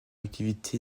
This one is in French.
activité